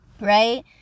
right